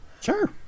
sure